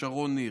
שרון ניר,